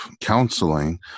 counseling